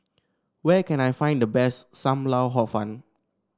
where can I find the best Sam Lau Hor Fun